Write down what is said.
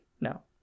No